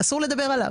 אסור לדבר עליו.